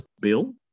bill